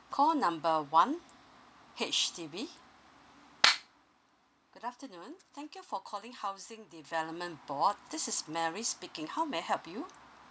call number one H_D_B good afternoon thank you for calling housing development board this is mary speaking how may I help you